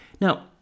Now